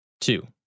Two